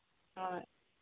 ꯍꯣꯏ